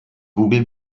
google